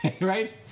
right